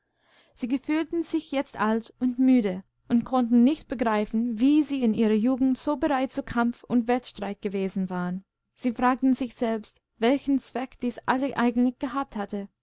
sie fühlten sich jetzt alt und müde und konnten nicht begreifen wie sie in ihrer jugend so bereit zu kampf und wettstreit gewesen waren sie fragten sich selbst welchen zweck dies alles eigentlich gehabt hatte